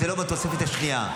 זה לא בתוספת השנייה.